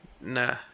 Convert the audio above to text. nah